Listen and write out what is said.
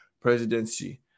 presidency